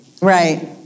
Right